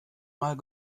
mal